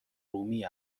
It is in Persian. رومی